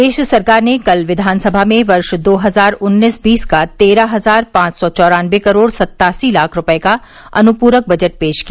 प्रदेश सरकार ने कल विधानसभा में वर्ष दो हजार उन्नीस बीस का तेरह हजार पांच सौ चौरानवे करोड़ सत्तासी लाख रूपये का अनुपूरक बजट पेश किया